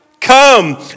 Come